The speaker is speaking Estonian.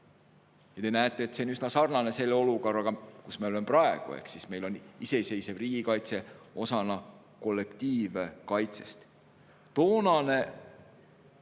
Te näete, et see on üsna sarnane selle olukorraga, kus me oleme praegu, ehk meil on iseseisev riigikaitse osana kollektiivkaitsest. Toonast